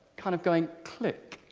kind of going click!